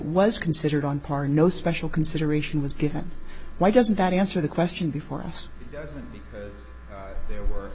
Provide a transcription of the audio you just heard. was considered on par no special consideration was given why doesn't that answer the question before us was that there were